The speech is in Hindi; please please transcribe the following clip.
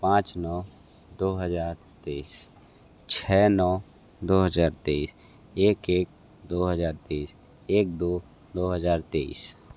पाँच नौ दो हज़ार तीस छः नौ दो हज़ार तेईस एक एक दो हज़ार तीस एक दो दो हज़ार तेईस